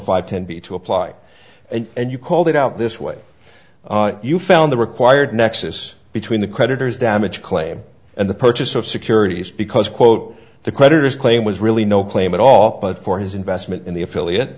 five ten b to apply and you called it out this way you found the required nexus between the creditors damage claim and the purchase of securities because quote the creditors claim was really no claim at all for his investment in the affiliate